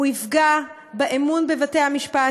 הוא יפגע באמון בבתי-המשפט,